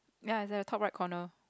ya that was top right corner